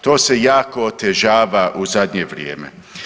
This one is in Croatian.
To se jako otežava u zadnje vrijeme.